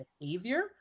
behavior